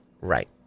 Right